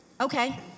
Okay